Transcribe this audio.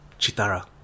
Chitara